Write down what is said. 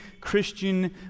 Christian